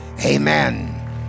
amen